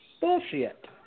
Bullshit